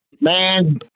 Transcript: Man